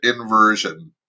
inversion